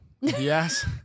Yes